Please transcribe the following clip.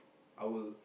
I will